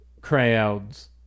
crowds